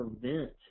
prevent